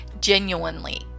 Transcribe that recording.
genuinely